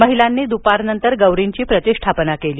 महिलांनी दुपारनंतर गौरींची प्रतिष्ठापना केली